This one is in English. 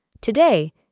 Today